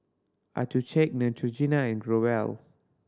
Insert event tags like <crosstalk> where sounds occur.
<unintelligible> Neutrogena and Growell